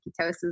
ketosis